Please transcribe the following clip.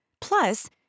Plus